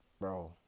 Bro